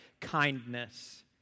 kindness